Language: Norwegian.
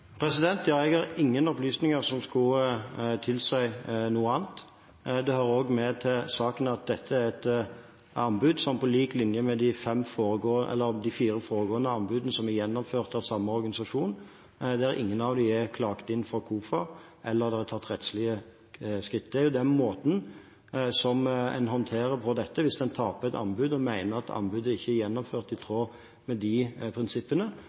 Ja, jeg har ingen opplysninger som skulle tilsi noe annet. Det hører også med til saken at dette er et anbud som, på lik linje med de fire foregående anbudene som er gjennomført av samme organisasjon, ikke er klaget inn for KOFA, og det er ikke tatt rettslige skritt. Det er den måten en håndterer dette på hvis en taper et anbud og mener at anbudet ikke er gjennomført i tråd med de prinsippene.